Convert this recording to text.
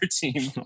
team